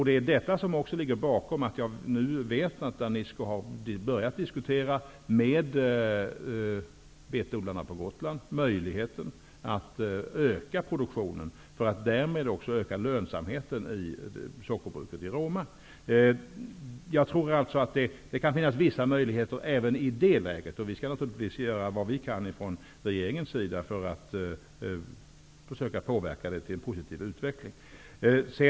Det är detta som ligger bakom att Danisco nu har börjat att diskutera med betodlarna på Gotland om huruvida det finns någon möjlighet att öka produktionen för att därmed också öka lönsamheten vid sockerbruket i Det kan även finnas vissa möjligheter om det dröjer med ett medlemskap eller om det skulle senareläggas. Vi från regeringens sida skall naturligtvis göra allt vi kan för att påverka till en positiv utveckling.